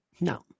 No